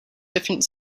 different